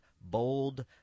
bold